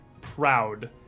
proud